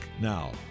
now